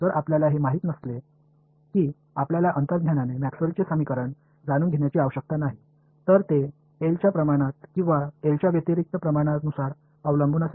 जर आपल्याला हे माहित नसले की आपल्याला अंतर्ज्ञानाने मॅक्सवेलचे समीकरण जाणून घेण्याची आवश्यकता नाही तर ते एलच्या प्रमाणात किंवा एलच्या व्यतिरिक्त प्रमाणानुसार अवलंबून असेल